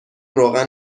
روغن